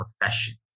professions